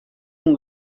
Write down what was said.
com